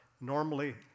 normally